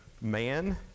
man